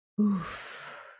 Oof